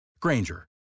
Granger